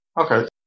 Okay